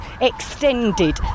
extended